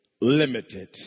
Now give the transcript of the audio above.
limited